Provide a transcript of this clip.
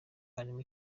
harimo